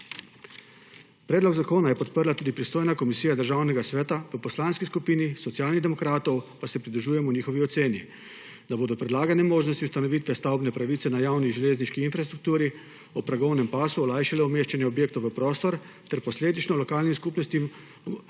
Predlog zakona je podprla tudi pristojna Komisija Državnega sveta, v Poslanski skupini Socialnih demokratov pa se pridružujemo njihovi oceni, da bodo predlagane možnosti ustanovitve stavbne pravice na javni železniški infrastrukturi ob progovnem pasu olajšale umeščanje objektov v prostor ter posledično lokalnim skupnostim omogočila